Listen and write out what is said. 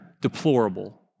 deplorable